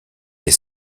des